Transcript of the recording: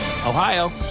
Ohio